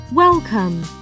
Welcome